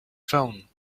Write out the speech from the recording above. phone